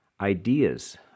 ideas